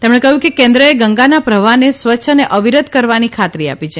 તેમણે કહ્યું કે કેન્દ્રએ ગંગાના પ્રવાહને સ્વચ્છ અને અવિરત કરવાની ખાતરી આપી છે